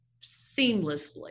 seamlessly